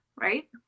right